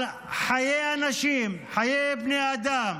על חיי אנשים, חיי בני אדם.